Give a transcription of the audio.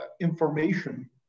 information